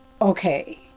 okay